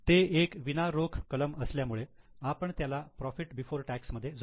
ते एक विना रोख कलम असल्यामुळे आपण त्याला प्रॉफिट बिफोर टॅक्स मध्ये जोडू